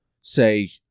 say